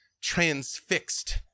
transfixed